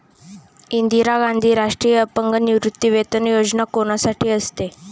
इंदिरा गांधी राष्ट्रीय अपंग निवृत्तीवेतन योजना कोणासाठी असते?